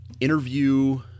interview